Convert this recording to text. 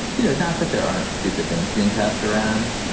you know, not that there aren't stupid things being passed around.